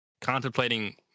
contemplating